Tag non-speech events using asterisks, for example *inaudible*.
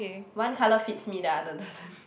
one colour fits me the other doesn't *breath*